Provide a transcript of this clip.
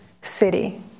city